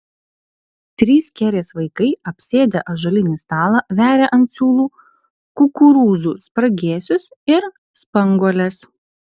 trys kerės vaikai apsėdę ąžuolinį stalą veria ant siūlų kukurūzų spragėsius ir spanguoles